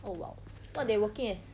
oh !wow! what they working as